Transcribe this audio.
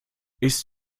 ist